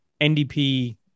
NDP